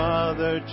Father